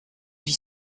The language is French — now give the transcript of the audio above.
vit